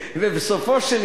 לא בכיר עד כדי כך.